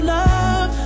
love